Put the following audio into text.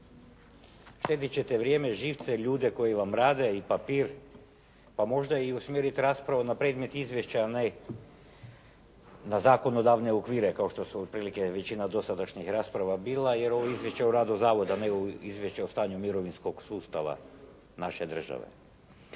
ćete vrijeme, živce, ljude koji vam rade, papir, pa možda i usmjeriti raspravu na predmet izvješća a ne na zakonodavne okvire kao što su otprilike većina dosadašnjih rasprava bila, jer ovo je Izvješće o radu zavoda, a ne Izvješće o stanju mirovinskog sustava naše države.